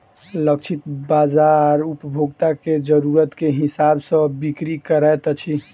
लक्षित बाजार उपभोक्ता के जरुरत के हिसाब सॅ बिक्री करैत अछि